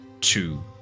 two